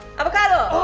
avocado!